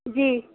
جی